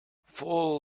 full